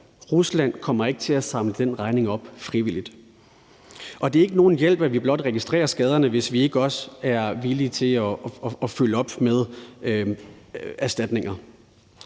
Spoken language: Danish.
Rusland kommer ikke til at samle den regning op frivilligt, og det er ikke nogen hjælp, at vi blot registrerer skaderne, hvis vi ikke også er vi villige til at følge op med erstatninger.